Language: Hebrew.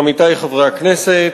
עמיתי חברי הכנסת,